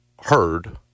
heard